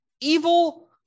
evil